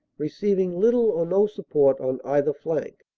receiving little or no support on either flank.